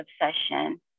obsession